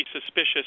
suspicious